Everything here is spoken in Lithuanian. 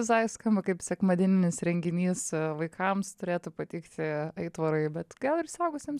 visai skamba kaip sekmadieninis renginys vaikams turėtų patikti aitvarai bet gal ir suaugusiems